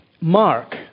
Mark